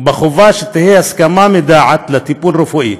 ובחובה שתהיה הסכמה מדעת לטיפול רפואי,